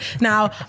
Now